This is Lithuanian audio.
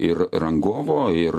ir rangovo ir